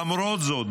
למרות זאת,